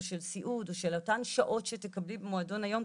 של סיעוד ושל אותן שעות שתקבלי במועדון היום,